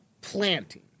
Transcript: planting